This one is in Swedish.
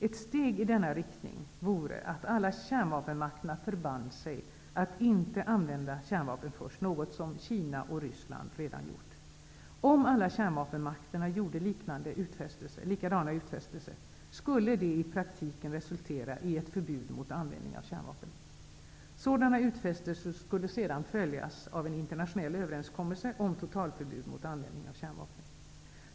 Ett steg i denna riktning vore att alla kärnvapenmakterna förband sig att inte använda kärnvapen först, något som Kina och Ryssland redan har gjort. Om alla kärnvapenmakterna gjorde likadana utfästelser skulle det i praktiken resultera i ett förbud mot användning av kärnvapen. Sådana utfästelser skulle sedan följas av en internationell överenskommelse om totalförbud mot användning av kärnvapen.